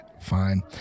Fine